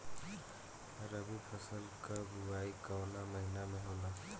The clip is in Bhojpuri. रबी फसल क बुवाई कवना महीना में होला?